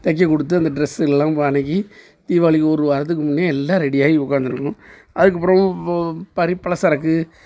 தைக்க கொடுத்து அந்த ட்ரெஸுங்கெல்லாம் வ அன்னைக்கு தீபாவளிக்கு ஒரு வாரத்துக்கு முன்னையே எல்லாம் ரெடியாயி உட்காந்துருக்கணும் அதுக்கப்புறம் ப பரி பலசரக்கு